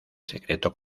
secreto